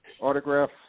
autograph